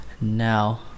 Now